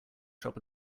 shop